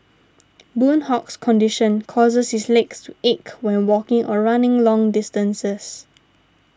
Boon Hock's condition causes his legs to ache when walking or running long distances